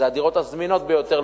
זה הדירות הזמינות ביותר,